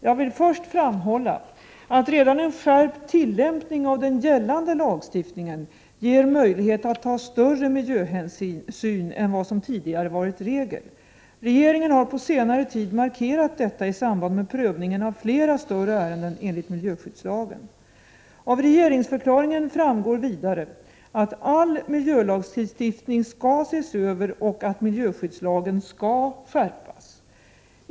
Jag vill först framhålla att redan en skärpt tillämpning av den gällande lagstiftningen ger möjlighet att ta större miljöhänsyn än vad som tidigare varit regel. Regeringen har på senare tid markerat detta i samband med prövningen av flera större ärenden enligt miljöskyddslagen. Av regeringsförklaringen framgår vidare att all miljölagstiftning skall ses över och att miljöskyddslagen skall skärpas.